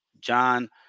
John